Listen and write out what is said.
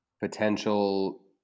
potential